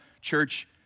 church